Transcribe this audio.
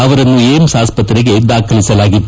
ಅವರನ್ನು ಏಮ್ಸ್ ಆಸ್ವತ್ರೆಗೆ ದಾಖಲಿಸಲಾಗಿತ್ತು